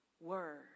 word